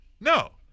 no